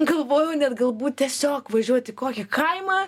galvojau net galbūt tiesiog važiuot į kokį kaimą